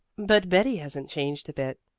but betty hasn't changed a bit.